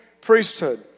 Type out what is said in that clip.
priesthood